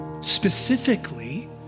specifically